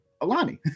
Alani